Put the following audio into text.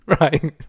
right